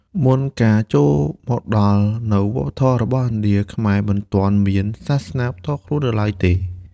មុនការចូលមកដល់នូវវប្បធម៌របស់ឥណ្ឌា ខ្មែរមិនទាន់មានសាសនាផ្ទាល់ខ្លួននៅឡើយទេ។